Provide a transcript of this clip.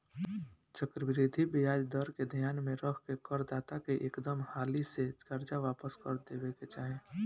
चक्रवृद्धि ब्याज दर के ध्यान में रख के कर दाता के एकदम हाली से कर्जा वापस क देबे के चाही